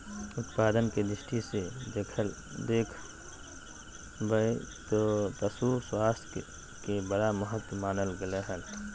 उत्पादन के दृष्टि से देख बैय त पशु स्वास्थ्य के बड़ा महत्व मानल गले हइ